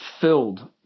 filled